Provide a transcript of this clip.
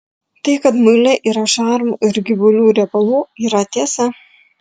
tai kad muile yra šarmų ir gyvulių riebalų yra tiesa